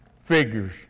figures